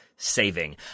saving